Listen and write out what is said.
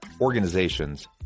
organizations